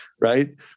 right